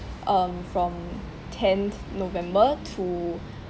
um from tenth november to